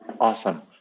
Awesome